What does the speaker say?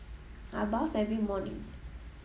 I bath every morning